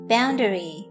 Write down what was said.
Boundary